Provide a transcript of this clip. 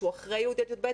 שהוא אחרי י' י"ב,